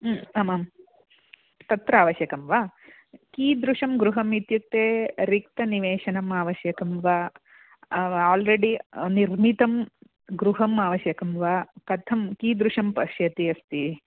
आमाम् तत्र आवश्यकं वा कीदृशं गृहम् इत्युक्ते रिक्तनिवेशनम् आवश्यकं वा आल्रेडी निर्मितं गृहम् आवश्यकं वा कथं कीदृशं पश्यन्ती अस्ति